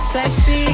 Sexy